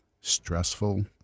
stressful